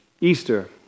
Easter